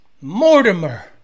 Mortimer